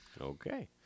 okay